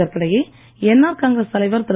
இதற்கிடையே என்ஆர் காங்கிரஸ் தலைவர் திரு